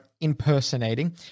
impersonating